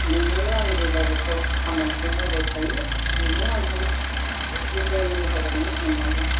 नोंनावनो आं जेब्लाबो खामानिखौ मावबाय थायो नों आंखौ जेब्लायबोनि थाखायनो अननांगोन